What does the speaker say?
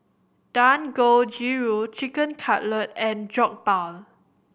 Dangojiru Chicken Cutlet and Jokbal